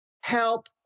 help